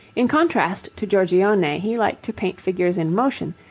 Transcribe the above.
in contrast to giorgione he liked to paint figures in motion,